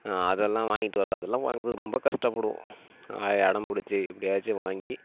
அதெலாம் வாங்கிகிட்டு வரது அதெலாம் வாங்கறதுக்கு ரொம்ப கஷ்டப்படுவோம் அடம் பிடிச்சி எப்படியாச்சும் வாங்கி